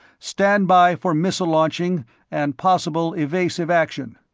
stand by for missile launching and possible evasive action.